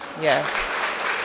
yes